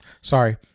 sorry